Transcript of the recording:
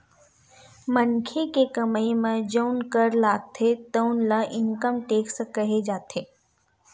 मनखे के कमई म जउन कर लागथे तउन ल इनकम टेक्स केहे जाथे